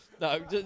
No